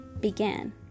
began